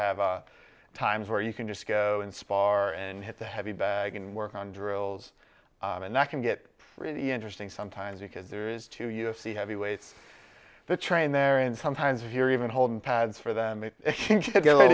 have times where you can just go and spoil our and hit the heavy bag and work on drills and that can get really interesting sometimes because there is to us the heavyweights the train there and sometimes if you're even holding pads for them it could be a little